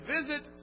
visit